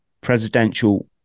presidential